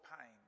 pain